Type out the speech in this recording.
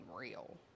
real